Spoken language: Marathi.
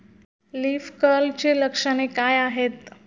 लीफ कर्लची लक्षणे काय आहेत?